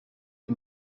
les